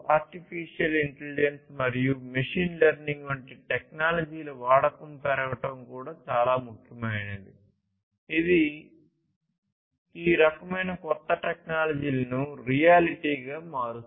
artificial intelligence మరియు machine learning వంటి టెక్నాలజీల వాడకం పెరగడం కూడా చాలా ముఖ్యమైనది ఇది ఈ రకమైన కొత్త టెక్నాలజీలను రియాలిటీగా మారుస్తుంది